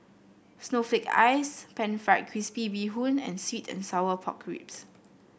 Snowflake Ice pan fried crispy Bee Hoon and sweet and Sour Pork Ribs